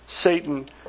Satan